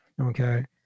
okay